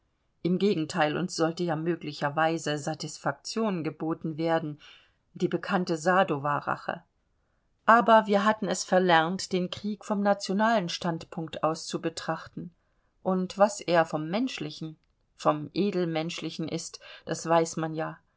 im gegenteil uns sollte ja möglicherweise satisfaktion geboten werden die bekannte sadowa rache aber wir hatten es verlernt den krieg vom nationalen standpunkt aus zu betrachten und was er vom menschlichen vom edelmenschlichen ist das weiß man ja